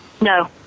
No